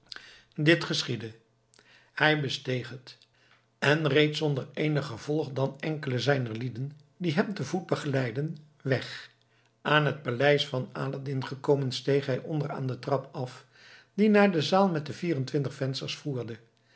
dit geschiedde hij besteeg het en reed zonder eenig gevolg dan enkele zijner lieden die hem te voet begeleidden weg aan het paleis van aladdin gekomen steeg hij onder aan den trap af die naar de zaal met de vier en twintig vensters voerde